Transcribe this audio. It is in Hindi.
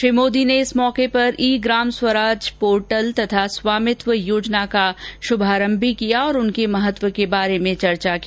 श्री मोदी ने इस मौके पर ई ग्राम स्वराज पोर्टल तथा स्वामित्व योजना का शुभारंभ भी किया और उनके महत्व के बारे में भी चर्चा की